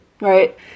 Right